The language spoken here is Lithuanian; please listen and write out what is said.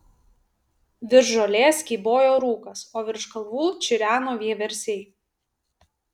virš žolės kybojo rūkas o virš kalvų čireno vieversiai